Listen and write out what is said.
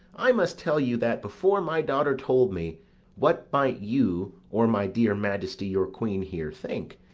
i must tell you that, before my daughter told me what might you, or my dear majesty your queen here, think,